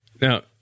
Now